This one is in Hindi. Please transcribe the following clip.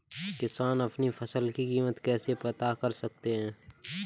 किसान अपनी फसल की कीमत कैसे पता कर सकते हैं?